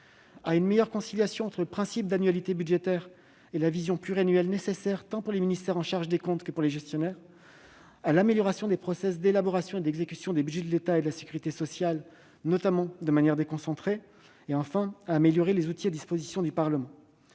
; à mieux concilier le principe d'annualité budgétaire et la vision pluriannuelle nécessaire tant pour les ministères en charge des comptes que pour les gestionnaires ; à améliorer les processus d'élaboration et d'exécution des budgets de l'État et de la sécurité sociale, notamment à l'échelon déconcentré ; enfin, à améliorer les outils à la disposition du Parlement.